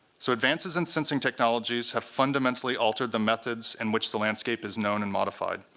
so advances in sensing technologies have fundamentally altered the methods in which the landscape is known and modified,